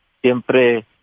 Siempre